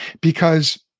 because-